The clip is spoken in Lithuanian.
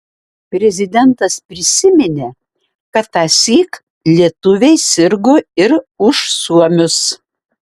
prezidentas prisiminė kad tąsyk lietuviai sirgo ir už suomius